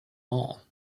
mall